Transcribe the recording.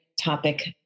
topic